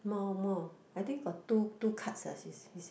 more more I think got two two cards she she say